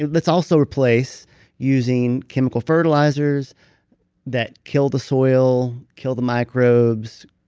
let's also replace using chemical fertilizers that kill the soil, kill the microbes,